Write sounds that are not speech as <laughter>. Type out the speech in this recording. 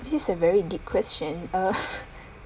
this is a very deep question uh <laughs>